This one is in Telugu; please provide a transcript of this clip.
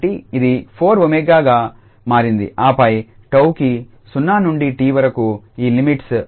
కాబట్టి ఇది 4𝜔గా మారింది ఆపై 𝜏కి 0 నుండి 𝑡 వరకు ఈ లిమిట్స్